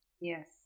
Yes